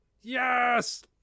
Yes